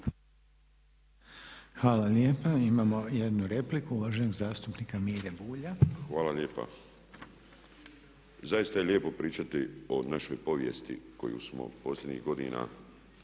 Hvala lijepa. Imamo jednu repliku uvaženog zastupnika Mire Bulja. **Bulj, Miro (MOST)** Hvala lijepa. Zaista je lijepo pričati o našoj povijesti koju smo posljednjih godina,